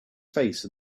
face